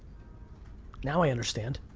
now i understand.